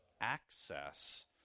access